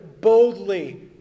boldly